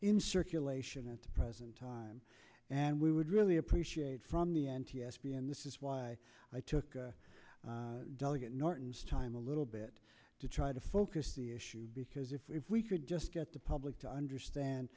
in circulation at the present time and we would really appreciate from the n t s b and this is why i took the delegate norton time a little bit to try to focus the issue because if we if we could just get the public to understand